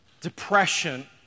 depression